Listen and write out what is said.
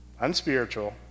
unspiritual